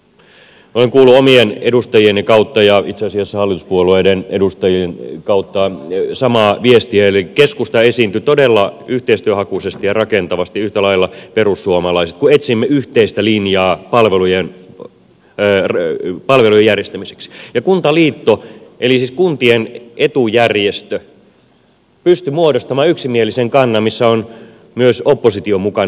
olen kuullut omien edustajieni kautta ja itse asiassa hallituspuolueiden edustajien kautta samaa viestiä eli keskusta esiintyi todella yhteistyöhakuisesti ja rakentavasti yhtä lailla perussuomalaiset kun etsimme yhteistä linjaa palvelujen järjestämiseksi ja kuntaliitto eli siis kuntien etujärjestö pystyi muodostamaan yksimielisen kannan missä on myös oppositio mukana